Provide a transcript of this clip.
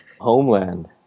Homeland